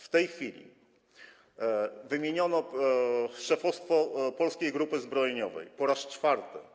W tej chwili wymieniono szefostwo Polskiej Grupy Zbrojeniowej, po raz czwarty.